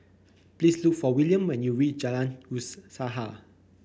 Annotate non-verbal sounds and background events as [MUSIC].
please look for William when you Jalan [UNINTELLIGIBLE]